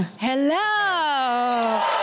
Hello